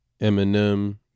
Eminem